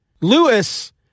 Lewis